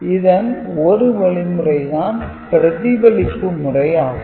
இதன் ஒரு வழிமுறை தான் பிரதிப்பலிப்பு முறை ஆகும்